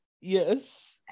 Yes